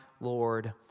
Lord